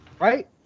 right